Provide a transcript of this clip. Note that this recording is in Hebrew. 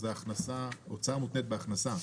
זאת הוצאה מותנית בהכנסה.